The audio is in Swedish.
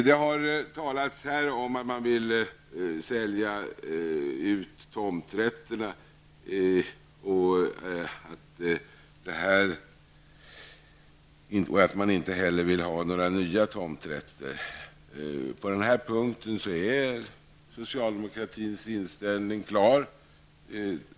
Det har talats om att man vill sälja ut tomträtterna och att man inte heller vill ha några nya tomträtter. På den punkten är socialdemokraternas inställning klar.